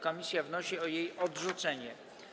Komisja wnosi o jej odrzucenie.